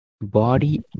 body